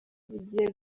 bigiye